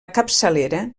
capçalera